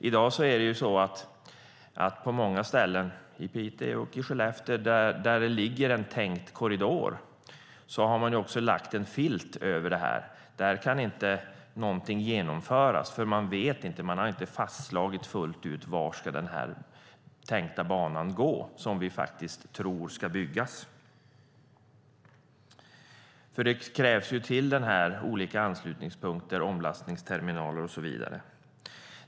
I dag är det på det sättet att man på många ställen - i Piteå och i Skellefteå - där det ligger en tänkt korridor har lagt en filt över detta. Där kan inte någonting genomföras eftersom man inte fullt ut har fastslagit var denna tänkta bana, som vi faktiskt tror ska byggas, ska gå. Till denna bana krävs det olika anslutningspunkter, omlastningsterminaler och så vidare.